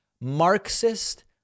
Marxist